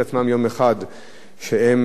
כשכל מפעלם נופל,